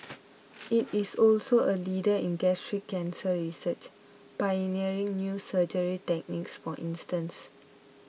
it is also a leader in gastric cancer research pioneering new surgery techniques for instance